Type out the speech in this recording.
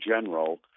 general